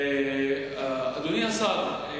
אדוני השר,